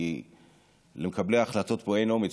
כי למקבלי ההחלטות פה אין אומץ,